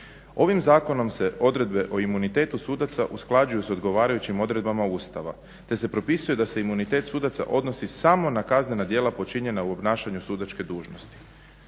ovim zakonom se odredbe o imunitetu sudaca usklađuju s odgovarajućim odredbama Ustava, te se propisuje da se imunitet sudaca odnosi samo na kaznena djela počinjena u obnašanju sudačke dužnosti.